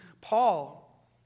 Paul